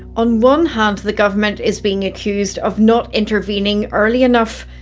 on one hand, the government is being accused of not intervening early enough.